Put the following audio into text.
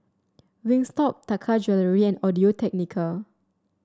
Wingstop Taka Jewelry and Audio Technica